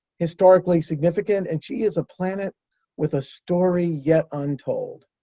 historically significant, and she is a planet with a story yet untold.